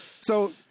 So-